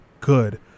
good